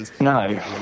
No